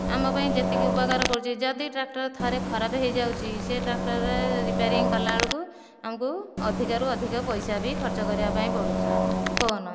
ଆମ ପାଇଁ ଯେତିକି ଉପକାର କରୁଛି ଯଦି ଟ୍ରାକ୍ଟର ଥରେ ଖରାପ ହୋଇଯାଉଛି ସେହି ଟ୍ରାକ୍ଟରରେ ରିପେଆରିଂ କଲା ବେଳକୁ ଆମକୁ ଅଧିକରୁ ଅଧିକ ପଇସା ବି ଖର୍ଚ୍ଚ କରିବା ପାଇଁ ପଡ଼ୁଛି ଫୋନ